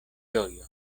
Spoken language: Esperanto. ĝojo